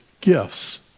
gifts